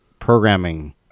programming